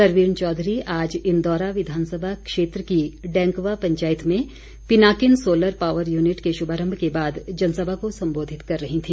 सरवीण चौधरी आज इंदौरा विघानसभा क्षेत्र की डैंकवा पंचायत में पिनाकिन सोलर पावर यूनिट के शुभारम्भ के बाद जनसभा को संबोधित कर रही थी